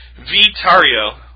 Vitario